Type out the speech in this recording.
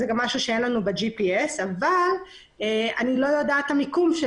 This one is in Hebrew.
זה גם משהו שאין לנו ב-gps אבל אני לא יודעת את המיקום.